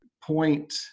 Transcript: point